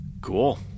Cool